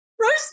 roast